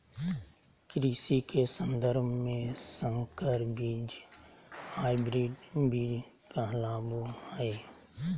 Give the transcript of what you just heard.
कृषि के सन्दर्भ में संकर बीज हायब्रिड बीज कहलाबो हइ